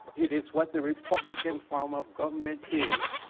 it is what the republican form of government is.